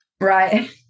Right